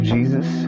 Jesus